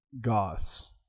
goths